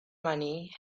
money